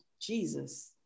Jesus